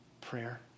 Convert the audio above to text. prayer